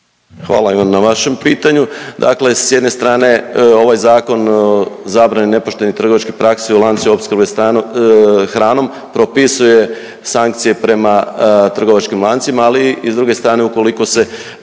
Hvala vam i na vašem pitanju. Dakle s jedne strane, ovaj Zakon o zabrani nepoštene trgovačkih praksi u lancu opskrbe s hranom propisuje sankcije prema trgovačkim lancima, ali i druge strane ukoliko se